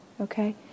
Okay